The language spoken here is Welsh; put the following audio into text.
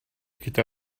gyda